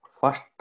first